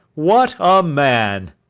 what a man!